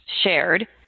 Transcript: shared